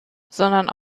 sondern